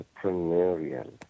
entrepreneurial